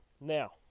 Now